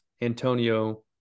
Antonio